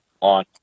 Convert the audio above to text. on